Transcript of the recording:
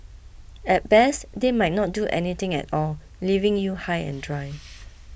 at best they might not do anything at all leaving you high and dry